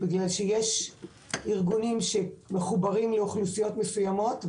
בגלל שיש ארגונים שמחוברים לאוכלוסיות מסוימות,